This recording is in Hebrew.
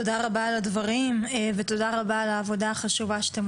תודה רבה על הדברים ותודה רבה על העבודה החשובה שאתם